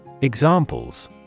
Examples